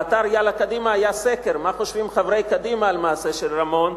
באתר "יאללה קדימה" היה סקר מה חושבים חברי קדימה על המעשה של רמון.